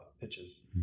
pitches